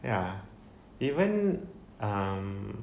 ya even um